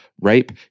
rape